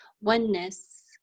Oneness